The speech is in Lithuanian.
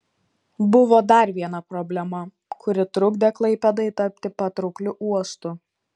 buvo dar viena problema kuri trukdė klaipėdai tapti patraukliu uostu